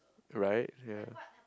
right ya